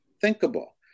thinkable